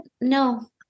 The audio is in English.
No